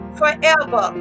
forever